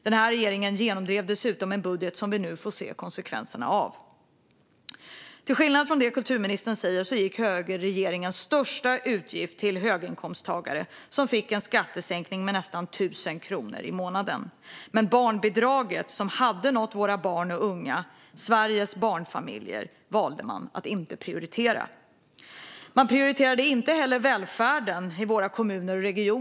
Den här regeringen genomdrev dessutom en budget som vi nu får se konsekvenserna av. Till skillnad från det kulturministern säger gick högerregeringens största utgift till höginkomsttagare som fick en skattesänkning med nästan 1 000 kronor i månaden. Men barnbidraget, som hade nått våra barn och unga, Sveriges barnfamiljer, valde man att inte prioritera. Man prioriterade inte heller välfärden i våra kommuner och regioner.